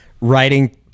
writing